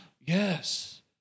Yes